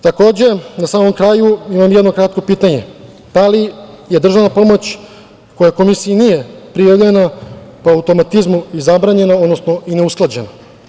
Takođe, na samom kraju imam jedno kratko pitanje – da li je državna pomoć koja Komisiji nije prijavljena po automatizmu i zabranjena, odnosno neusklađena?